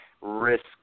risk